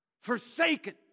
Forsaken